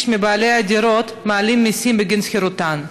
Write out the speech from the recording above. מבעלי הדירות מעלימים מס בגין השכרתן.